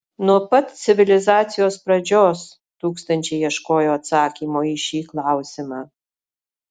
nuo pat civilizacijos pradžios tūkstančiai ieškojo atsakymo į šį klausimą